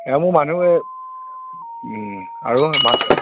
এয়া মোৰ মানুহ আৰু মানুহ